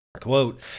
Quote